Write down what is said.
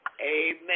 Amen